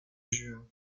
juin